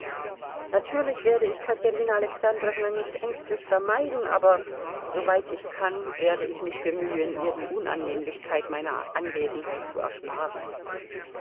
natürlich werde ich katerina alexandrowna nicht ängstlich vermeiden aber soweit ich kann werde ich mich bemühen ihr die unannehmlichkeit meiner anwesenheit zu er